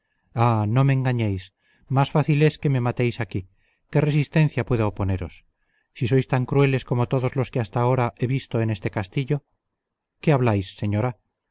ah no me engañéis más fácil es que me matéis aquí qué resistencia puedo oponeros si sois tan crueles como todos los que hasta ahora he visto en este castillo qué habláis señora